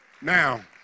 Now